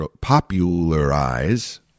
popularize